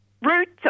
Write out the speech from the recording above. roots